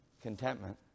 contentment